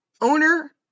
owner